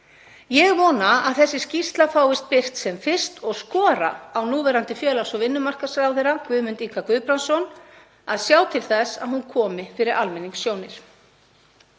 Ég vona að þessi skýrsla fáist birt sem fyrst og ég skora á núverandi félags- og vinnumarkaðsráðherra, Guðmund Inga Guðbrandsson, að hann sjái til þess að hún komi fyrir almenningssjónir.